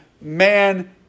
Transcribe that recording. Man